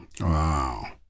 Wow